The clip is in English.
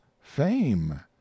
fame